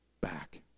back